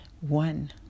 One